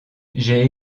j’ai